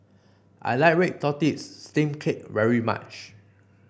I like Red Tortoise Steamed Cake very much